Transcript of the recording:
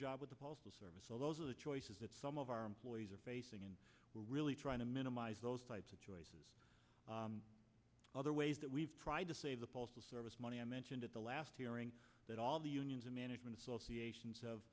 job with the postal service so those are the choices that some of our employees are facing and we're really trying to minimize those types of choices other ways that we've tried to save the postal service money i mentioned at the last hearing that all the unions and management associations of